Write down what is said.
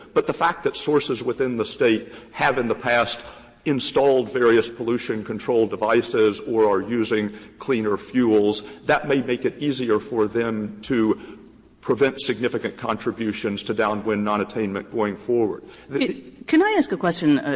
but the fact that sources within the state have in the past installed various pollution control devices or are using cleaner fuels, that may make it easier for them to prevent significant contributions to downwind nonattainment going forward. kagan can i ask a question?